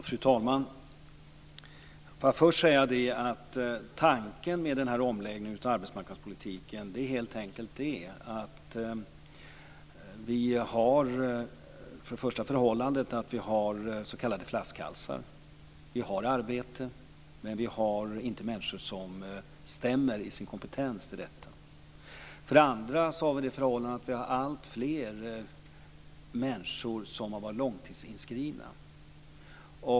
Fru talman! Får jag först säga något om tanken med omläggningen av arbetsmarknadspolitiken. För det första har vi s.k. flaskhalsar. Det finns arbeten men inte människor som har kompetens som stämmer överens med dem. För det andra har alltfler människor varit långtidsinskrivna.